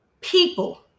people